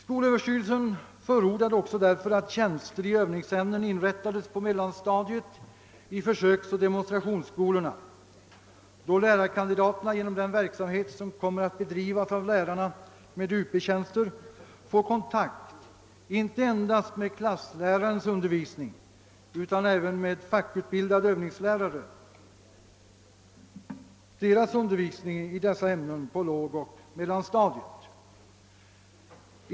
Skolöverstyrelsen förordade också att tjänster i övningsämnen inrättas på mellanstadiet i försöksoch demonstrationsskolorna, då lärarkandidaterna genom den verksamhet som kommer att bedrivas av lärare med Up-tjänster får kontakt inte endast med klasslärarens utan även med de fackutbildade öv ningslärarnas undervisning i dessa ämnen på lågoch mellanstadiet.